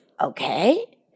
okay